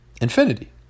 Infinity